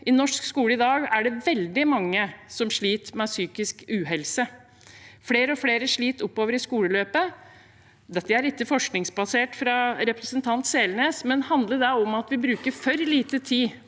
I norsk skole i dag er det veldig mange som sliter med psykisk uhelse. Flere og flere sliter utover i skoleløpet. Dette er ikke forskningsbasert fra representanten Selnes, men handler det om at vi bruker for lite tid